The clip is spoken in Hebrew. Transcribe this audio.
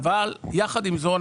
אבל יחד עם זאת,